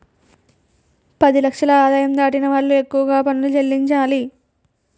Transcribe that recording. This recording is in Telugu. పది లక్షల ఆదాయం దాటిన వాళ్లు ఎక్కువగా పనులు చెల్లించాలి